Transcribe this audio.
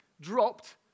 dropped